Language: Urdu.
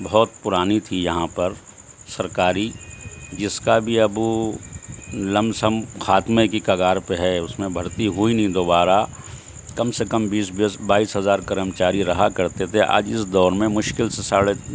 بہت پرانی تھی یہاں پر سرکاری جس کا بھی اب لمسم خاتمے کی کگار پہ ہے اس میں بھرتی ہوئی نہیں دوبارہ کم سے کم بیس بائیس ہزار کرمچاری رہا کرتے تھے آج اس دور میں مشکل سے ساڑھے